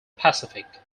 pacific